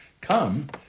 come